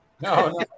No